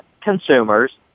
consumers